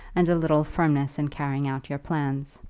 and a little firmness in carrying out your plans.